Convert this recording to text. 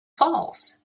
falls